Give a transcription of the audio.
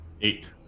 Eight